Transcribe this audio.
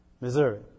Missouri